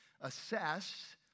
assess